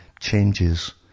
changes